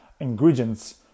ingredients